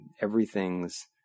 everything's